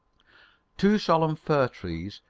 two solemn fir trees,